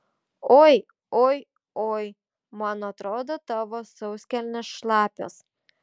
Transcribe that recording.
oi oi oi man atrodo tavo sauskelnės šlapios